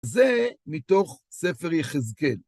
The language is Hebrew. זה מתוך ספר יחזקאל.